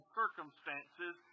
circumstances